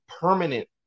permanent